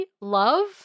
love